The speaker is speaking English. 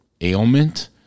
ailment